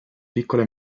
piccole